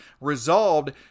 resolved